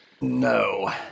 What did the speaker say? No